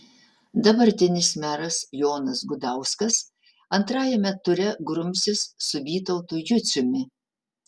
dabartinis meras jonas gudauskas antrajame ture grumsis su vytautu juciumi